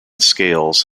scales